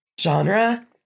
genre